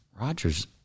Rogers